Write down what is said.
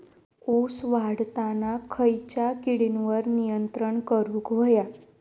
ऊस वाढताना खयच्या किडींवर नियंत्रण करुक व्हया?